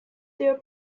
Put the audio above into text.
their